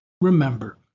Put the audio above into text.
Remember